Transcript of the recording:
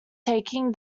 taking